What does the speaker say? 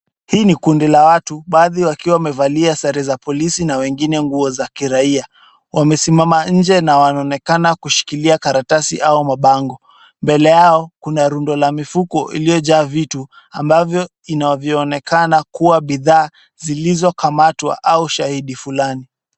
Hii ni kundi la watu baadhi wakiwa wamevalia sare za polisi na wengine nguo za kiraia. Wamesimama nje na wanaonekana kushikilia karatasi au mabango. Mbele yao kuna rundo la mifuko iliyojaa vitu ambavyo inavyoonekana kuwa bidhaa zilizokamatwa au shahidi fulani.